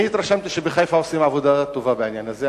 אני התרשמתי שבחיפה עושים עבודה טובה בעניין הזה,